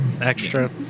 extra